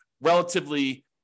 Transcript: relatively